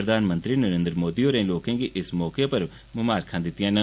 प्रधानमंत्री नरेन्द्र मोदी होरें लोकें गी इस मौके उप्पर ममारखां दितियां न